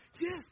Yes